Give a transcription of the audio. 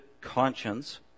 conscience